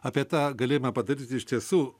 apie tą galėjima padaryti iš tiesų